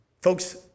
Folks